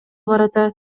карата